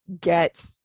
get